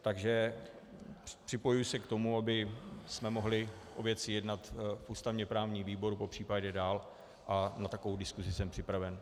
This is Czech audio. Takže se připojuji k tomu, abychom mohli o věci jednat v ústavněprávním výboru popřípadě dál, a na takovou diskusi jsem připraven.